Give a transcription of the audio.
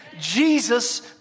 Jesus